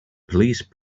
police